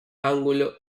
ángulo